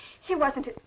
he wasn't.